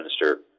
minister